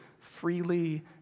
freely